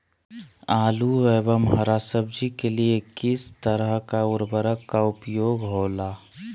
आलू एवं हरा सब्जी के लिए किस तरह का उर्वरक का उपयोग होला?